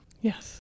Yes